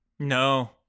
No